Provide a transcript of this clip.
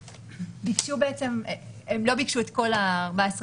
הם לא ביקשו את כל 14 הימים.